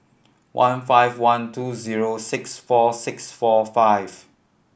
one five one two zero six four six four five